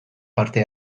parte